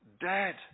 dead